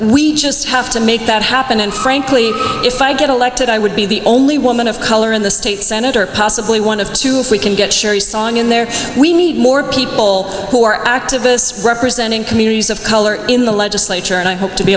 we just have to make that happen and frankly if i get elected i would be the only woman of color in the state senator possibly one of the can get sherry song in there we need more people who are activists representing communities of color in the legislature and i hope to be